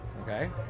okay